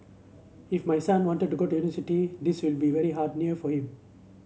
if my son wanted to go university this will be very hard near for him